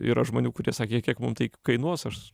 yra žmonių kurie sakė kiek mum tai kainuos aš